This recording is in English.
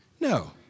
No